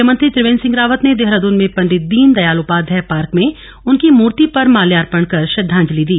मुख्यमंत्री त्रिवेन्द्र सिंह रावत ने देहरादून में पंडित दीनदयाल उपाध्याय पार्क में उनकी मूर्ति पर माल्यार्पण कर श्रद्धांजलि दी